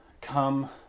come